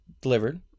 delivered